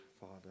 Father